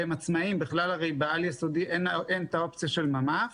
והם עצמאיים, בעל-יסודי בכלל אין אופציה של ממ"ח.